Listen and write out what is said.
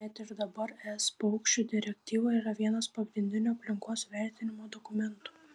net ir dabar es paukščių direktyva yra vienas pagrindinių aplinkos vertinimo dokumentų